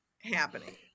happening